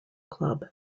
club